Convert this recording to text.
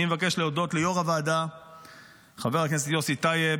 אני מבקש להודות ליו"ר הוועדה חבר הכנסת יוסי טייב,